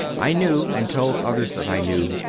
i knew, and told others that i knew,